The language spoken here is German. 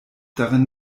darin